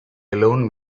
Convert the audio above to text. alone